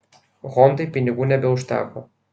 hondai pinigų nebeužteko